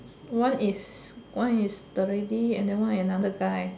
one is one is the lady then another one guy